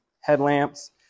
headlamps